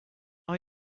are